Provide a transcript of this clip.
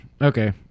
okay